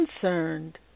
Concerned